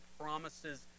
promises